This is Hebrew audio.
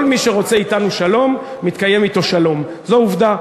כל מי שרוצה אתנו שלום מתקיים אתו שלום, זו עובדה.